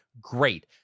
Great